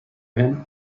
him